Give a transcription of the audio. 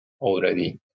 already